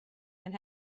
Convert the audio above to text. and